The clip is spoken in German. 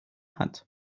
hat